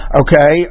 okay